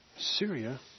Syria